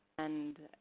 and